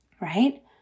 right